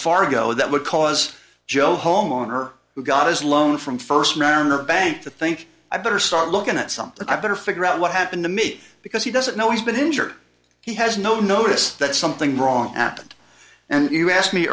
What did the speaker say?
fargo that would cause joe homeowner who got his loan from first mariner bank to think i better start looking at something i better figure out what happened to me because he doesn't know he's been injured he has no notice that something wrong happened and you asked me